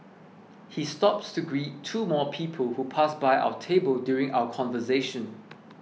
he stops to greet two more people who pass by our table during our conversation